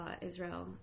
Israel